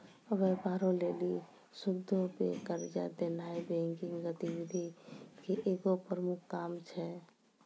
व्यापारो लेली सूदो पे कर्जा देनाय बैंकिंग गतिविधि के एगो प्रमुख काम छै